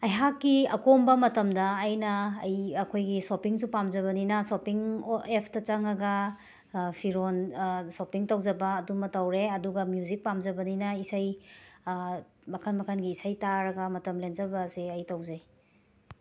ꯑꯩꯍꯥꯛꯀꯤ ꯑꯀꯣꯝꯕ ꯃꯇꯝꯗ ꯑꯩꯅ ꯑꯩ ꯑꯩꯈꯣꯏꯒꯤ ꯁꯣꯞꯄꯤꯡꯁꯨ ꯄꯥꯝꯖꯕꯅꯤꯅ ꯁꯣꯞꯄꯤꯡ ꯑꯣ ꯑꯦꯐꯇ ꯆꯪꯉꯒ ꯐꯤꯔꯣꯜ ꯁꯣꯞꯄꯤꯡ ꯇꯧꯖꯕ ꯑꯗꯨ ꯑꯃ ꯇꯧꯔꯦ ꯑꯗꯨꯒ ꯃ꯭ꯌꯨꯖꯤꯛ ꯄꯥꯝꯖꯕꯅꯤꯅ ꯏꯁꯩ ꯃꯈꯜ ꯃꯈꯜꯒꯤ ꯏꯁꯩ ꯇꯥꯔꯒ ꯃꯇꯝ ꯂꯦꯟꯖꯕ ꯑꯁꯦ ꯑꯩ ꯇꯧꯖꯩ